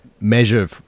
measure